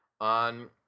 on